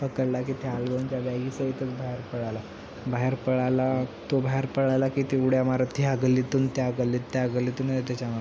पकडला की त्या अल्बमच्या बॅगी सहितच बाहेर पळाला बाहेर पळाला तो बाहेर पळाला की ते उड्या मारत ह्या गल्लीतून त्या गगल्लीत त्या गल्लीत मी त्याच्यामागे